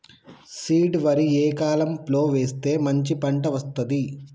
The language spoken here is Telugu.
సీడ్ వరి ఏ కాలం లో వేస్తే మంచి పంట వస్తది?